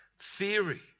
theory